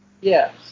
Yes